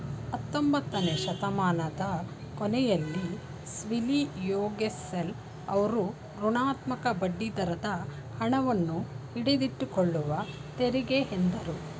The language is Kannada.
ಹತ್ತೊಂಬತ್ತನೆ ಶತಮಾನದ ಕೊನೆಯಲ್ಲಿ ಸಿಲ್ವಿಯೋಗೆಸೆಲ್ ಅವ್ರು ಋಣಾತ್ಮಕ ಬಡ್ಡಿದರದ ಹಣವನ್ನು ಹಿಡಿದಿಟ್ಟುಕೊಳ್ಳುವ ತೆರಿಗೆ ಎಂದ್ರು